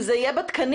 אם זה יהיה בתקנים.